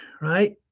right